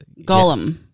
Gollum